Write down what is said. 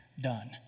done